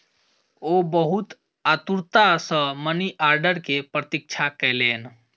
ओ बहुत आतुरता सॅ मनी आर्डर के प्रतीक्षा कयलैन